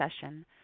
session